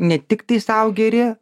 ne tiktai sau geri